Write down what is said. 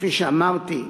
כפי שאמרתי,